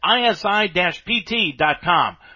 isi-pt.com